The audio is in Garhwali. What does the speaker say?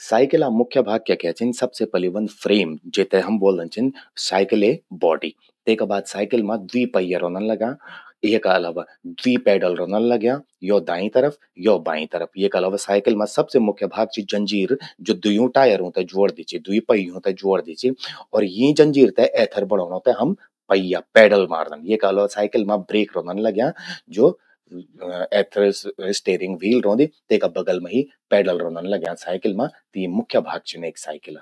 साइकिला मुख्य भाग क्य क्ये छिन। सबसे पलि व्हंद फ्रेम, जेते हम ब्वोलदन छिन साइकिले बॉडि। तेका बाद साइकिल मां द्वी पहिया रौंदन लग्यां। येका अलावा द्वी पैडल रौंदन लग्यां। यो दाईं तरफ, यो बाईं तरफ। येका अलावा साइकिल मां सबसे मुख्य भाग चि जंजीर, ज्वो द्वियूं टायरों ते ज्वोड़दि चि। द्वी पहियों ते ज्वोड़दि चि। और यीं जंजीर ते एथर बणोंणों ते हम पहिया, पैडल मारदन। येका अलावा साइकिल मां ब्रेक रौंदन लग्यां, ज्वो स्टेयरिंग व्हील व्हंदि तेका बगल मां ही पैडल रौंदन लग्यां साइकिल मां । त यि मुख्य भाग छिन एक साइकिल का।